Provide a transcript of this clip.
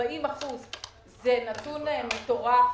זה נתון מטורף.